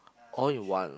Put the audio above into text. all in one